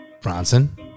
Bronson